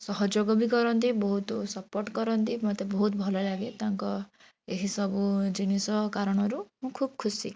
ସହଯୋଗ ବି କରନ୍ତି ବହୁତ ସପୋର୍ଟ କରନ୍ତି ମୋତେ ବହୁତ ଭଲ ଲାଗେ ତାଙ୍କ ଏହିସବୁ ଜିନିଷ କାରଣରୁ ମୁଁ ଖୁବ ଖୁସି